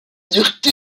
dureté